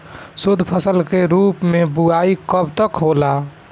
शुद्धफसल के रूप में बुआई कब तक होला?